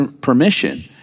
permission